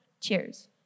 Cheers